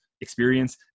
experience